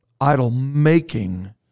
idol-making